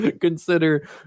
consider